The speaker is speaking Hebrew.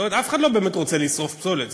אף אחד לא באמת רוצה לשרוף פסולת.